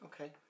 okay